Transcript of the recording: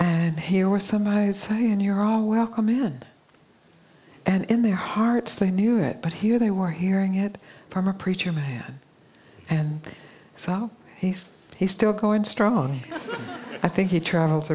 and here were some guys saying you're all welcome in and in their hearts they knew it but here they were hearing it from a preacher man and so he's he's still going strong i think he travels